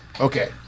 Okay